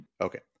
okay